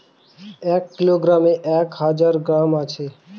এক কিলোগ্রামে এক হাজার গ্রাম আছে